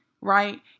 right